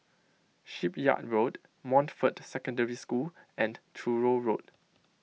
Shipyard Road Montfort Secondary School and Truro Road